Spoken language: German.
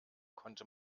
konnte